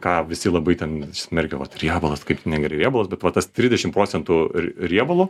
ką visi labai ten smerkia va riebalas kaip negerai riebalas bet va tas trisdešim procentų riebalo